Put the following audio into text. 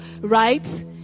right